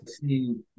see